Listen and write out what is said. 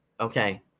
okay